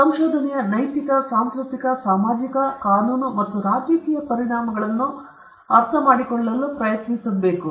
ಸಂಶೋಧನೆಯ ನೈತಿಕ ಸಾಂಸ್ಕೃತಿಕ ಸಾಮಾಜಿಕ ಕಾನೂನು ಮತ್ತು ರಾಜಕೀಯ ಪರಿಣಾಮಗಳನ್ನು ಅರ್ಥಮಾಡಿಕೊಳ್ಳಲು ಪ್ರಯತ್ನಿಸುತ್ತಿದೆ